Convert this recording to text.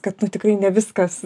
kad nu tikrai ne viskas